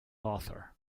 author